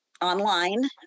Online